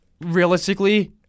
realistically